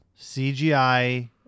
CGI